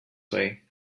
way